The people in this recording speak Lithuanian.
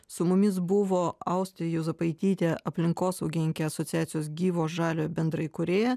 su mumis buvo austė juozapaitytė aplinkosaugininkė asociacijos gyvo žalio bendraįkūrėja